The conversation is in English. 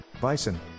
Bison